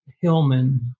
hillman